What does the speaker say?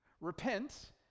repent